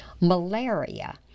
Malaria